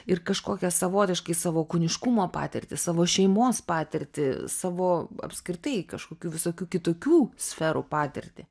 ir kažkokią savotiškai savo kūniškumo patirtį savo šeimos patirtį savo apskritai kažkokių visokių kitokių sferų patirtį